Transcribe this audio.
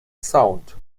sound